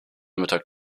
mittag